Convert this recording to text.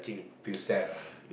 feel sad ah